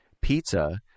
pizza